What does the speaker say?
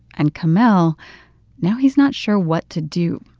and kamel now he's not sure what to do.